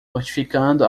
notificando